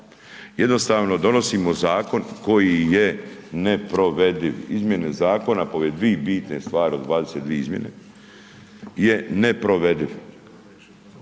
Jednostavno donosimo zakon koji je neprovediv, izmjene zakona, pored dvije bitne stvari, od 22 izmjene je neprovediv.